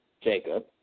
Jacob